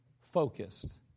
focused